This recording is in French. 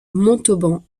montauban